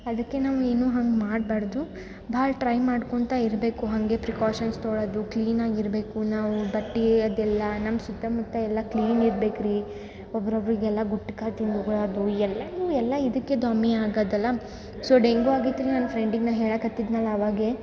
ಅದಕ್ಕೆ ನಾವು ಏನು ಹಂಗೆ ಮಾಡಬಾರ್ದು ಭಾಳ ಟ್ರೈ ಮಾಡ್ಕೊತ ಇರಬೇಕು ಹಂಗೆ ಪ್ರಿಕೋಷನ್ ತೊಗೊಳೊದು ಕ್ಲೀನ್ ಆಗಿ ಇರಬೇಕು ನಾವು ಬಟ್ಟೆ ಅದೆಲ್ಲ ನಮ್ಮ ಸುತ್ತಮುತ್ತ ಎಲ್ಲ ಕ್ಲೀನ್ ಇರ್ಬೆಕು ರೀ ಒಬ್ರೊಬ್ಬರಿಗೆಲ್ಲ ಗುಟ್ಕಾ ತಿನ್ನಬಾರ್ದು ಎಲ್ಲರದು ಎಲ್ಲ ಇದಕ್ಕೆ ದ್ವಾಮಿ ಆಗಾದಲ್ಲ ಸೊ ಡೆಂಗೂ ಆಗೈತೆ ರೀ ನನ್ನ ಫ್ರೆಂಡಿಗೆ ನಾ ಹೇಳಾಕತಿದ್ನಲ್ಲ ಅವಾಗೇ